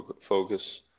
focus